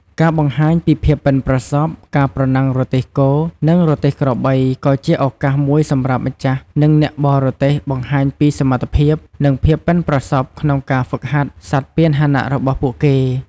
ការបង្ហាញពីភាពប៉ិនប្រសប់ ការប្រណាំងរទេះគោ និងរទេះក្របីក៏ជាឱកាសមួយសម្រាប់ម្ចាស់ និងអ្នកបររទេះបង្ហាញពីសមត្ថភាព និងភាពប៉ិនប្រសប់ក្នុងការហ្វឹកហាត់សត្វពាហនៈរបស់ពួកគេ។